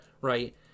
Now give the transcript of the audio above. right